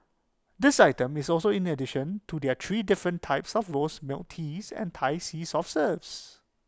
this item is also in addition to their three different types of rose milk teas and Thai sea soft serves